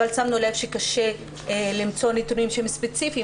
אבל שמנו לב שקשה למצוא נתונים ספציפיים